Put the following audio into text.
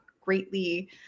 greatly